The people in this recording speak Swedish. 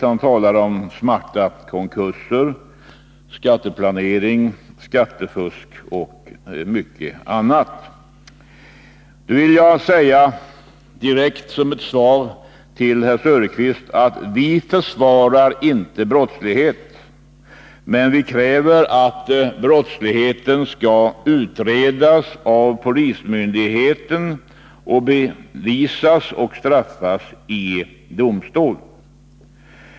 Han talade om smarta konkurser, skatteplanering, skattefusk och mycket annat. Jag vill säga som ett direkt svar till herr Söderqvist: Vi försvarar inte brottslighet, men vi kräver att brottsligheten skall utredas av polismyndigheten och bevisas och bestraffas vid domstol.